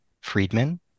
Friedman